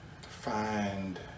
find